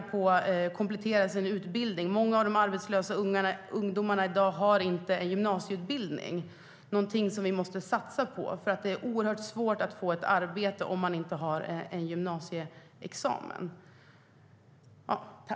De måste kunna komplettera sin utbildning. Många arbetslösa ungdomar har inte gymnasieutbildning. Det är något vi måste satsa på, för det är svårt att få arbete om man inte har gymnasieexamen.